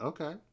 Okay